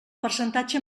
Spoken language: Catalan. percentatge